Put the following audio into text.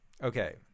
Okay